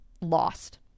lost